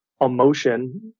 emotion